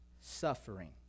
suffering